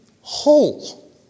whole